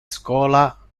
schola